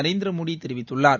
நரேந்திரமோடி தெரிவித்துள்ளார்